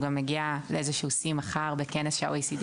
הוא גם מגיע לאיזשהו שיא מחר בכנס שה-OECD